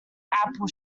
apple